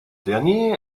dernier